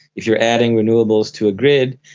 if you are adding renewables to a grid,